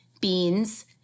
beans